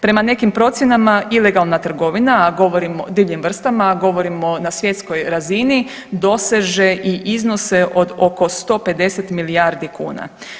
Prema nekim procjenama ilegalna trgovina, a govorimo o divljim vrstama, a govorimo na svjetskoj razini, doseže i iznose od oko 150 milijardi kuna.